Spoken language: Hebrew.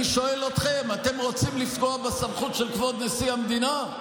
אני שואל אתכם: אתם רוצים לפגוע בסמכות של כבוד נשיא המדינה?